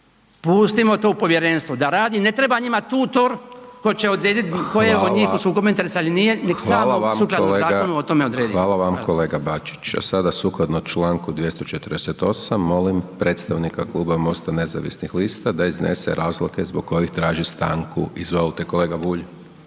pustimo to povjerenstvo da radi, ne treba njima tutor tko će odrediti tko je od njih u sukobu interesa ili nije neka sam sukladno zakonu o tome odredi. **Hajdaš Dončić, Siniša (SDP)** Hvala vam kolega Bačić. A sada sukladno članku 248. molim predstavnika Kluba MOST-a nezavisnih lista da iznese razloge zbog kojih traži stanku. Izvolite kolega Bulj.